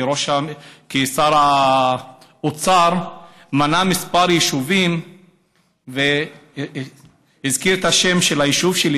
כי שר האוצר מנה כמה יישובים והזכיר את השם של היישוב שלי,